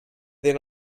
then